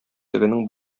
тегенең